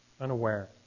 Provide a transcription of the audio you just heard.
Unaware